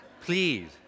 Please